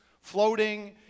floating